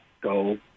go